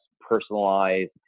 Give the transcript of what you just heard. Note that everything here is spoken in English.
personalized